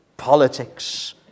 politics